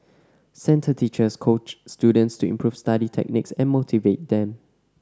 centre teachers coach students to improve study techniques and motivate them